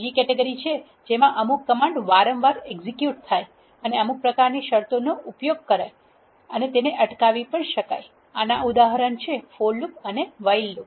બીજી કેટેગરી તે છે જેમાં અમુક કમાન્ડ વારંવાર એક્ઝીક્યુટ થાય અને અમુક પ્રકારની શરતો નો ઉપયોગ કરશે તેને અટકાવવા માટે અને આના ઉદાહરણ છે ફોર લુપ અને વાઇલ લુપ